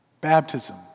Baptism